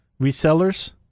Resellers